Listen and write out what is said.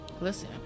listen